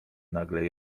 nagle